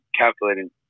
calculating